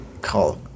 Call